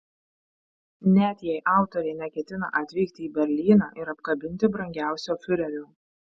net jei autorė neketina atvykti į berlyną ir apkabinti brangiausio fiurerio